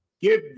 Give